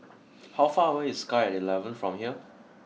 how far away is Sky Eleven from here